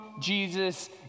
Jesus